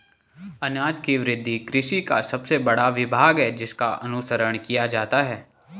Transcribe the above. अनाज की वृद्धि कृषि का सबसे बड़ा विभाग है जिसका अनुसरण किया जाता है